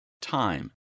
time